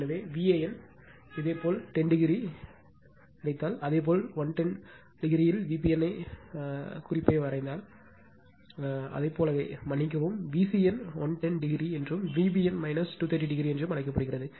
எனவே Van இதேபோல் 10o கிடைத்தால் அதேபோல் 110o வில் Vbn குறிப்பை வரைந்தால் அதைப் போலவே மன்னிக்கவும் Vcn 110o என்றும் விபிஎன் 230o என்றும் அழைக்கப்படுகிறது